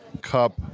cup